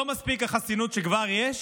לא מספיקה החסינות שכבר יש,